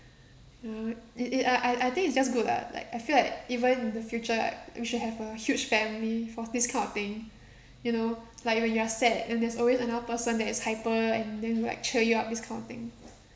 you know it it uh I I I think it's just good lah like I feel like even in the future like you should have a huge family for this kind of thing you know like when you are sad and there's always another person that is hyper and then will like cheer you up this kind of thing